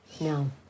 No